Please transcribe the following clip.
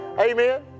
Amen